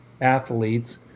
athletes